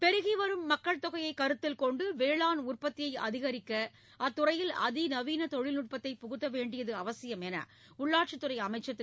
பெருகிவரும் மக்கள் தொகையைக் கருத்தில் கொண்டு வேளாண் உற்பத்தியை அதிகரிக்க அத்துறையில் அதிகநவீன தொழில்நுட்பத்தைப் புகுத்த வேண்டியது அவசியம் என்று உள்ளாட்சித்துறை அமைச்சர் திரு